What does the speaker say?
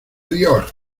dios